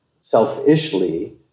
selfishly